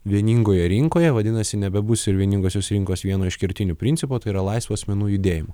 vieningoje rinkoje vadinasi nebebus ir vieningosios rinkos vieno iš kertinių principų yra laisvo asmenų judėjimo